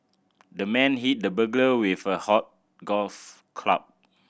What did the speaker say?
the man hit the burglar with a hot golf club